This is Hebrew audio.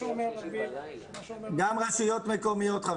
גם רשויות מקומיות.